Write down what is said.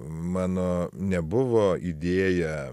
mano nebuvo idėja